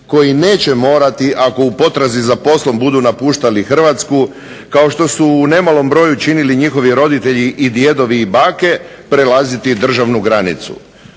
koji neće morati ako u potrazi za poslom budu napuštali Hrvatsku kao što su u ne malom broju činili njihovi roditelji i djedovi i bake prelaziti državnu granicu.